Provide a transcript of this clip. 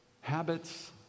Habits